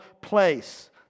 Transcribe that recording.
place